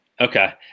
Okay